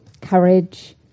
courage